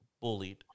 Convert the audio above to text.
bullied